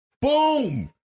Boom